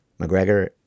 McGregor